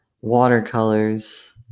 Watercolors